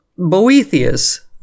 Boethius